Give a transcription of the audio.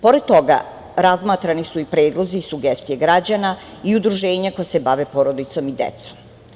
Pored toga, razmatrani su i predlozi, sugestije građana i udruženja koja se bave porodicom i decom.